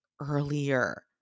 earlier